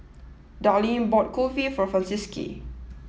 Darleen bought Kulfi for Francisqui